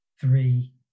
three